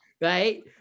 Right